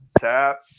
tap